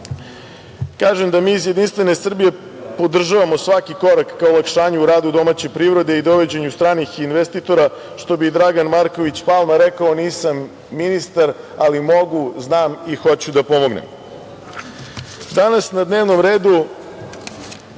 da mi iz Jedinstvene Srbije podržavamo svaki korak ka olakšanju rada u domaćoj privredi i dovođenju stranih investitora, što bi Dragan Marković Palma rekao – nisam ministar, ali mogu, znam i hoću da pomognem. Danas na dnevnom redu